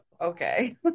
Okay